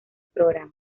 programa